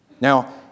Now